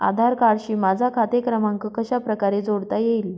आधार कार्डशी माझा खाते क्रमांक कशाप्रकारे जोडता येईल?